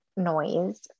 noise